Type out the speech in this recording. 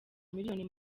miliyoni